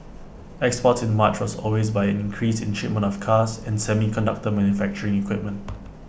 exports in March was always by an increase in shipments of cars and semiconductor manufacturing equipment